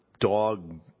dog